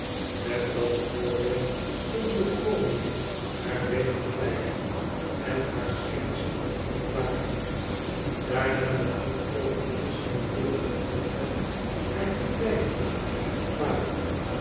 met dat voordeel kon sophronia haar beter vleien en haar schertsend plagen daarna begon ook de insmueerende alfred haar te vleien en te plagen